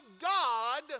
God